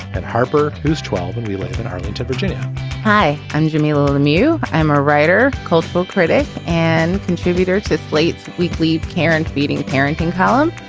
and harper, who's twelve. and we live in arlington, virginia hi, i'm jimmy little lemieux i'm a writer, cultural critic and contributor to slate's weekly care and feeding parenting column.